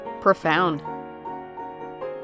profound